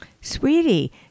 Sweetie